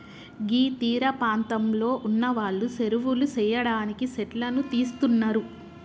గీ తీరపాంతంలో ఉన్నవాళ్లు సెరువులు సెయ్యడానికి సెట్లను తీస్తున్నరు